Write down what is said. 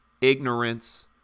ignorance